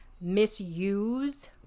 misuse